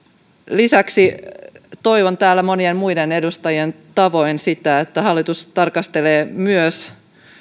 lisäksi toivon monien muiden edustajien tavoin sitä että hallitus tarkastelee myös